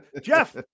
Jeff